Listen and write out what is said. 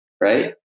right